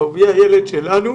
אהוביה ילד שלנו,